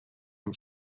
amb